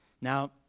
Now